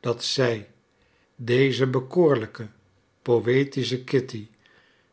dat zij deze bekoorlijke poëtische kitty